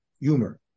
humor